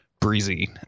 breezy